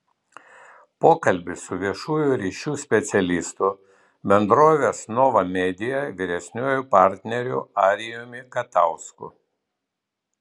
pokalbis su viešųjų ryšių specialistu bendrovės nova media vyresniuoju partneriu arijumi katausku